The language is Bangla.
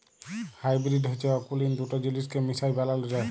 হাইবিরিড হছে অকুলীল দুট জিলিসকে মিশায় বালাল হ্যয়